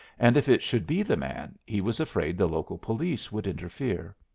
and if it should be the man, he was afraid the local police would interfere.